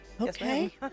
Okay